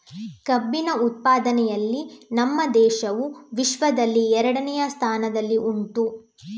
ಕಬ್ಬಿನ ಉತ್ಪಾದನೆಯಲ್ಲಿ ನಮ್ಮ ದೇಶವು ವಿಶ್ವದಲ್ಲಿ ಎರಡನೆಯ ಸ್ಥಾನದಲ್ಲಿ ಉಂಟು